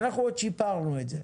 ואנחנו עוד שיפרנו את זה.